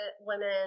women